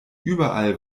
überall